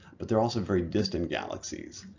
but they're also very distant galaxies.